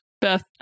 Beth